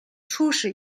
出使